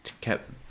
kept